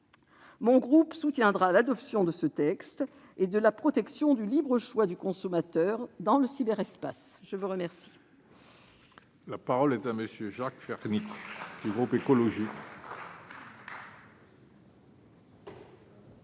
Mon groupe soutiendra l'adoption de ce texte et la protection du libre choix du consommateur dans le cyberespace. La parole